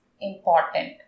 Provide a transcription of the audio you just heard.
important